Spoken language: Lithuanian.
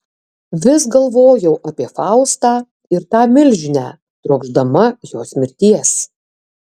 vis galvojau apie faustą ir tą milžinę trokšdama jos mirties